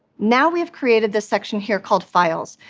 now, we have created this section here called files,